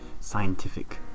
scientific